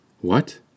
What